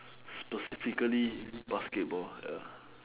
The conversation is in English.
specifically basketball ya